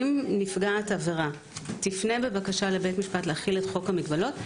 אם נפגעת העבירה תפנה בבקשה לבית המשפט להחיל את חוק המגבלות,